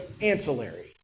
ancillary